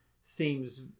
seems